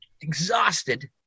exhausted